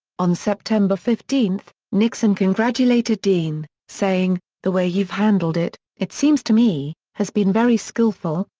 on september fifteen, nixon congratulated dean, saying, the way you've handled it, it seems to me, has been very skillful,